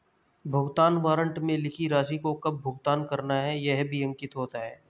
भुगतान वारन्ट में लिखी राशि को कब भुगतान करना है यह भी अंकित होता है